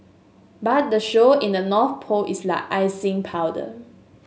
but the show in the North Pole is like icing powder